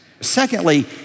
Secondly